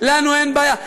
לנו אין בעיה.